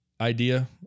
idea